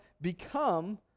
become